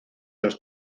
los